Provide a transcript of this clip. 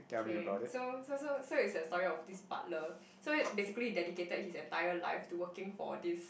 okay so so so so is a story of this butler so basically he dedicated his entire life to working for this